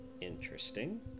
Interesting